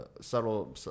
subtle